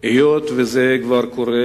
היות שזה קורה